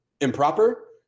improper